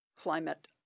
Climate